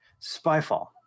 Spyfall